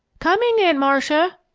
coming, aunt marcia!